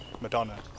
Madonna